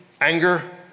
anger